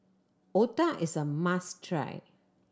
otah is a must try